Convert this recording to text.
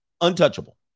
untouchable